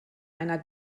einer